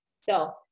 so-